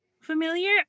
familiar